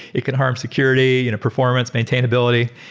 it could harm security, you know performance, maintainability.